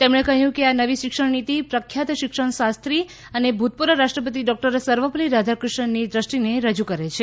તેમણે કહ્યું કે આ નવી શિક્ષણ નીતિ પ્રખ્યાત શિક્ષણશાસ્ત્રી અને ભૂતપૂર્વ રાષ્ટ્રપતિ સર્વપલ્લી રાધાકૃષ્ણનની દ્રષ્ટિને રજુ કરે છે